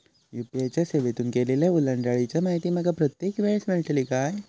UPI च्या सेवेतून केलेल्या ओलांडाळीची माहिती माका प्रत्येक वेळेस मेलतळी काय?